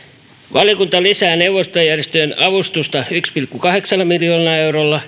valiokunta lisää neuvontajärjestöjen avustusta yhdellä pilkku kahdeksalla miljoonalla eurolla